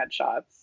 headshots